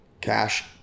cash